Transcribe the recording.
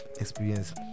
experience